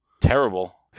Terrible